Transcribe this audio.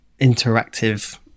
interactive